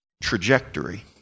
trajectory